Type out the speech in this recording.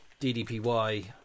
ddpy